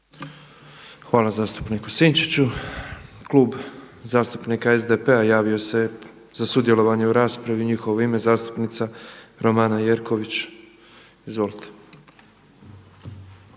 Hvala zastupniku Sinčiću. Klub zastupnika SDP-a javio se za sudjelovanje u raspravi i u njihovo ime zastupnica Romana Jerković. Izvolite.